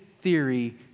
theory